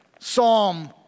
Psalm